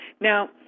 Now